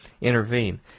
intervene